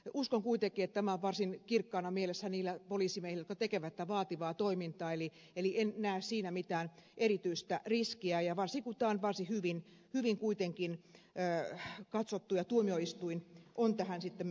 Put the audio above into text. uskon kuitenkin että tämä on varsin kirkkaana mielessä niillä poliisimiehillä jotka tekevät tätä vaativaa toimintaa eli en näe siinä mitään erityistä riskiä varsinkaan kun tämä on varsin hyvin kuitenkin katsottu ja myös tuomioistuin on tähän sitten mukaan saatu